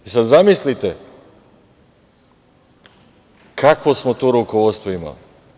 Sada zamislite kakvo smo to rukovodstvo imali.